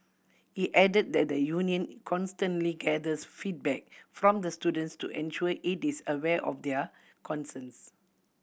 he added that the union constantly gathers feedback from the students to ensure it is aware of their concerns